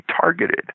targeted